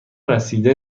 رسیده